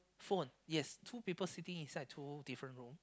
phone yes two people sitting inside two different room